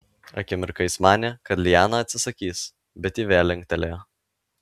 akimirką jis manė kad liana atsisakys bet ji vėl linktelėjo